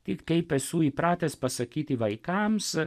tai kaip esu įpratęs pasakyti vaikams